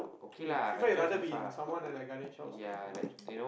you FIFA you rather be in someone like Ganesh house right can watch